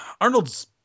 Arnold's